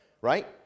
right